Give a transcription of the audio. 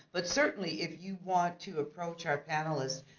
but certainly if you want to approach our panelists,